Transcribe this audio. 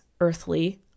earthly